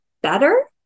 better